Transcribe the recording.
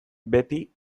beti